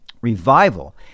Revival